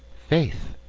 faith,